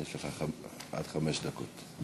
יש לך עד חמש דקות.